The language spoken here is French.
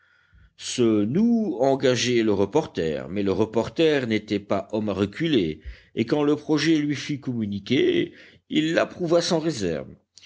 ce nous engageait le reporter mais le reporter n'était pas homme à reculer et quand le projet lui fut communiqué il l'approuva sans réserve